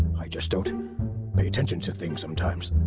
i just don't pay attention to things sometimes.